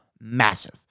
massive